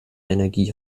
energie